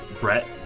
Brett